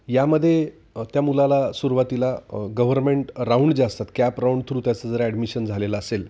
यामध्ये त्या मुलाला सुरुवातीला गव्हर्मेंट राऊंड ज्या असतात कॅप राऊंड थ्रू त्याचं जर ॲडमिशन झालेलं असेल